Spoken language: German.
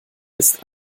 ist